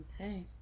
okay